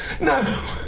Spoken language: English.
No